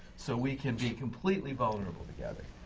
so we can be completely vulnerable together.